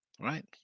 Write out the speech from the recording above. Right